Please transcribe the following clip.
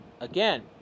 Again